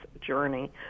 journey